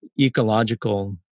ecological